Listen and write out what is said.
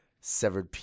severed